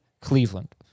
Cleveland